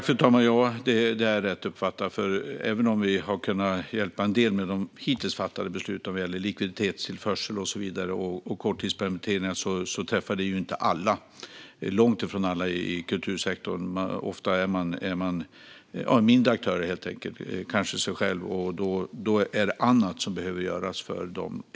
Fru talman! Ja, det är rätt uppfattat. Även om vi har kunnat hjälpa en del med de hittills fattade besluten vad gäller likviditetstillförsel, korttidspermitteringar och så vidare träffar det inte alla. Det träffar långt ifrån alla i kultursektorn. Ofta är aktörerna mindre, kanske ensamma, och för dem är det annat som behöver göras.